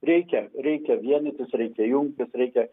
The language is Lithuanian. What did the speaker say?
reikia reikia vienytis reikia jungtis reikia